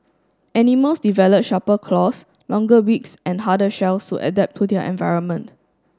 animals develop sharper claws longer beaks and harder shells to adapt to their environment